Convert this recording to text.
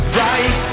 right